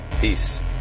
Peace